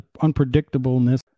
unpredictableness